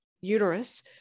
uterus